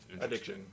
addiction